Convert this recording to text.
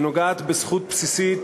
שנוגעת בזכות בסיסית,